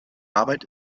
arbeit